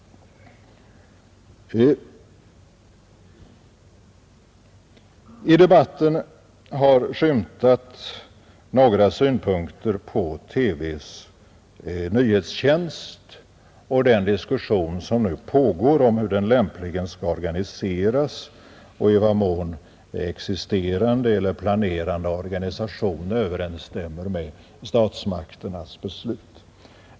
I debatten har skymtat några synpunkter på TV:s nyhetstjänst och den diskussion som nu pågår om hur den lämpligen skall organiseras och i vad mån existerande eller planerad organisation överensstämmer med statsmakternas beslut.